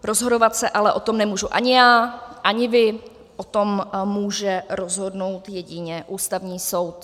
Rozhodovat se o tom ale nemůžu ani já, ani vy, o tom může rozhodnout jedině Ústavní soud.